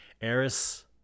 Eris